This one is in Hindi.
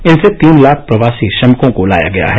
इनसे तीन लाख प्रवासी श्रमिकों को लाया गया है